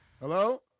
Hello